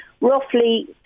roughly